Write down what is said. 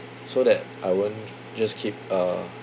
so that I won't just keep uh